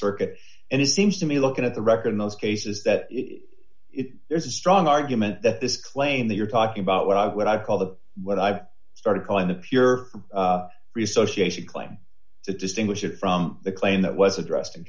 circuit and it seems to me looking at the record in those cases that if there's a strong argument that this claim that you're talking about what i what i call the what i started calling the pure research claim to distinguish it from the claim that was addressed